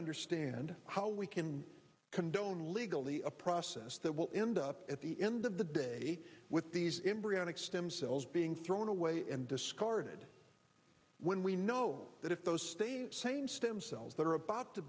understand how we can condone legally a process that will end up at the end of the day with these embryonic stem cells being thrown away and discarded when we know that if those states same stem cells that are about to